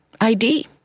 ID